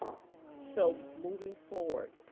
so moving forward,